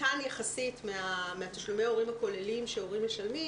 קטן יחסית מתשלומי ההורים הכוללים שהורים משלמים,